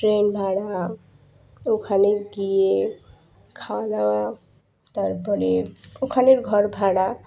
train ভাড়া ওখানে গিয়ে খাওয়া দাওয়া তারপরে ওখানের ঘর ভাড়া